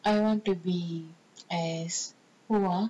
I want to be as who ah